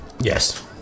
Yes